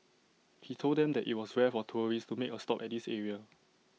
he told them that IT was rare for tourists to make A stop at this area